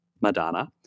Madonna